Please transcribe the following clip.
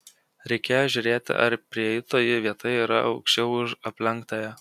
reikėjo žiūrėti ar prieitoji vieta yra aukščiau už aplenktąją